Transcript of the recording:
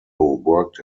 worked